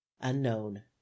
unknown